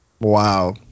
Wow